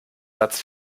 satz